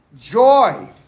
Joy